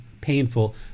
painful